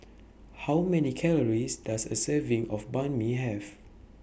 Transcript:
How Many Calories Does A Serving of Banh MI Have